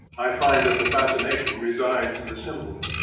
i find that the fascination resides in the symbol.